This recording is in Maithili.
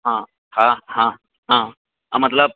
हँ हँ हँ हँ मतलब